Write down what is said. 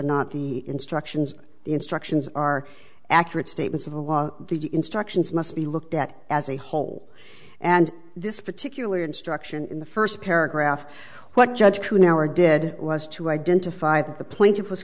not the instructions instructions are accurate statements of the law the instructions must be looked at as a whole and this particular instruction in the first paragraph what judge who now or did was to identify that the plaintiff was